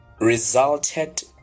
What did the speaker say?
resulted